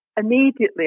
immediately